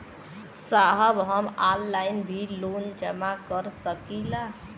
साहब हम ऑनलाइन भी लोन जमा कर सकीला?